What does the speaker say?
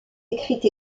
écrites